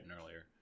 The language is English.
earlier